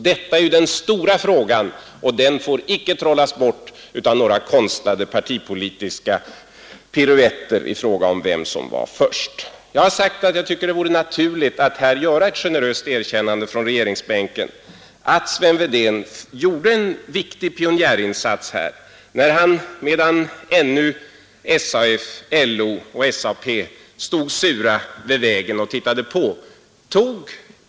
Detta är ju den stora frågan, och den får icke trollas bort av några konstlade partipolitiska piruetter i fråga om vem som var först. Jag har sagt att jag tycker det vore naturligt med ett generöst erkännande från regeringsbänken att Sven Wedén här gjorde en viktig pionjärinsats när han tog täten, medan ännu SAF, LO och SAP stod sura vid vägen och tittade på.